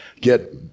get